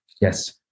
Yes